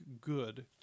good